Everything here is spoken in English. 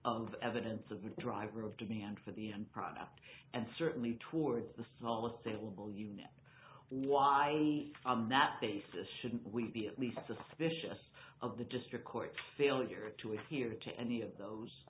of evidence of driver of demand for the end product and certainly towards the smallest salable you know why on that basis shouldn't we be at least suspicious of the district court failure to adhere to any of those